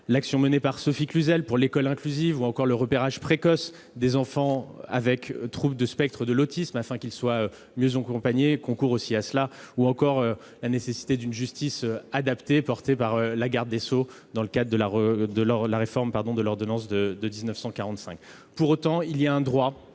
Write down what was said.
l'action menée par Sophie Cluzel pour l'école inclusive ou encore le repérage précoce des enfants avec trouble du spectre de l'autisme, afin qu'ils soient mieux accompagnés, y concourent aussi. Je pense encore à la nécessité d'une justice adaptée, promue par la garde des sceaux, dans le cadre de la réforme de l'ordonnance de 1945. Pour autant, il est un droit